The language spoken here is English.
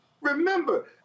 Remember